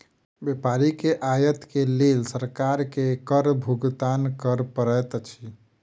व्यापारी के आयत के लेल सरकार के कर भुगतान कर पड़ैत अछि